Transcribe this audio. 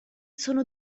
sono